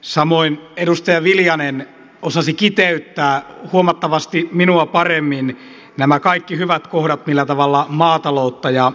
samoin edustaja viljanen osasi kiteyttää huomattavasti minua paremmin nämä kaikki hyvät kohdat millä tavalla maataloutta ja